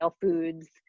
foods